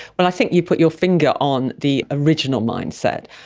well, i think you put your finger on the original mindset.